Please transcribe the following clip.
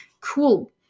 cool